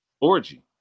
Orgy